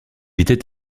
était